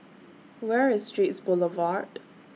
Where IS Straits Boulevard